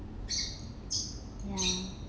ya